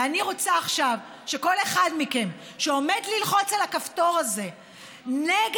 ואני רוצה עכשיו שכל אחד מכם שעומד ללחוץ על הכפתור הזה נגד